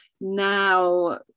Now